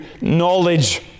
knowledge